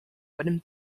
wooden